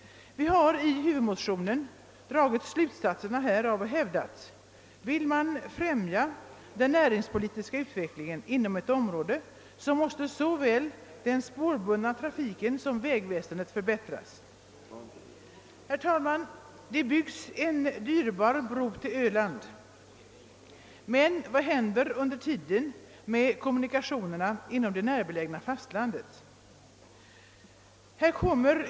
Vi har i huvudmotionen dragit slutsatserna härav och hävdat att vill man främja den näringspolitiska utvecklingen inom ett område, så måste såväl den spårbundna trafiken som vägväsendet förbättras. Herr talman! Det byggs en dyrbar bro till Öland. Men vad händer under tiden med kommunikationerna inom det närbelägna området på fastlandet?